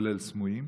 כולל סמויים?